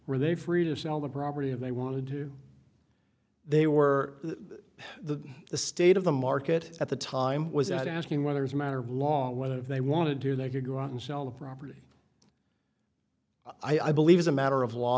were they free to sell the property of may want to do they were the the state of the market at the time was that asking whether as a matter of law whether they want to do they could go out and sell the property i believe as a matter of law